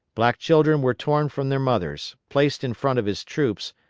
black children were torn from their mothers, placed in front of his troops,